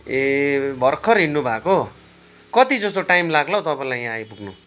ए भर्खर हिँड्नु भएको कति जस्तो टाइम लाग्ला हौ तपाईँलाई यहाँ आइपुग्नु